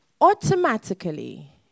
Automatically